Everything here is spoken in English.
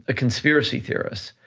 ah conspiracy theorist,